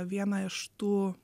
vieną iš tų